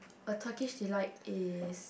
a Turkish delight is